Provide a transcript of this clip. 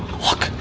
look,